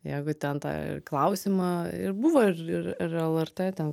jeigu ten tą ir klausimą ir buvo ir ir lrt ten